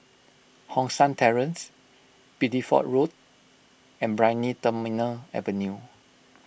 Hong San Terrace Bideford Road and Brani Terminal Avenue